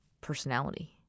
personality